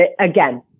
again